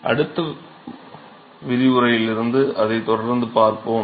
அடுத்த விரிவுரையில் இருந்து அதைத் தொடர்ந்துப் பார்ப்போம்